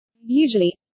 usually